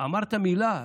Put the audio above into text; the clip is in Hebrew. אמרת מילה?